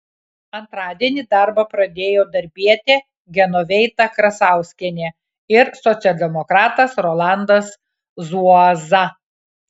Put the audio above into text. antradienį darbą pradėjo darbietė genoveita krasauskienė ir socialdemokratas rolandas zuoza